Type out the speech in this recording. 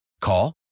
Call